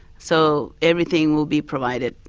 so, everything will be provided.